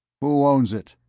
who owns it?